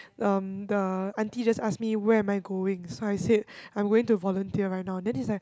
um the auntie just ask me where am I going so I said I'm going to volunteer right now then he's like